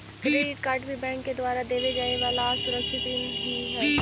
credit card भी bank के द्वारा देवे जाए वाला असुरक्षित ऋण ही हइ